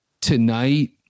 tonight